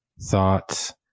thoughts